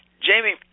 Jamie